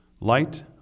light